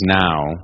now